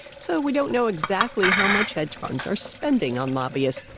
so we don't know exactly how much hedge funds are spending on lobbyists.